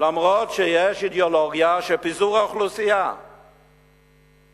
אף-על-פי שיש אידיאולוגיה של פיזור האוכלוסייה לפריפריה.